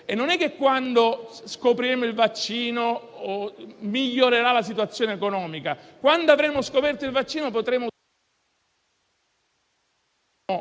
è cambiata. Quando scopriremo il vaccino, non migliorerà la situazione economica. Quando avremo scoperto il vaccino, non potremo